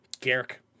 Garrick